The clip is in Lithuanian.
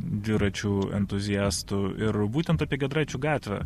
dviračių entuziastu ir būtent apie giedraičių gatvę